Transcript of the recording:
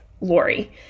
Lori